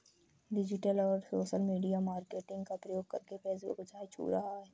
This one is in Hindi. डिजिटल और सोशल मीडिया मार्केटिंग का प्रयोग करके फेसबुक ऊंचाई छू रहा है